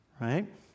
right